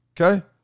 Okay